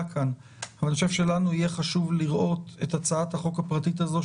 כאן אבל חשוב לנו לראות את הצעת החוק הפרטית הזו,